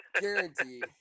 Guaranteed